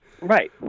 right